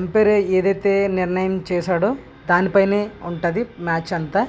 umpire ఏదైతే నిర్ణయం చేసాడో దాని పైనే ఉంటుంది మ్యాచ్ అంతా